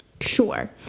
Sure